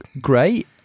great